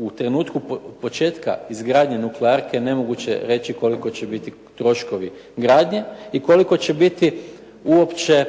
u trenutku početka izgradnje nuklearke nemoguće je reći koliko će biti troškovi gradnje i koliko će biti uopće